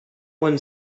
one